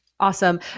Awesome